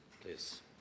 please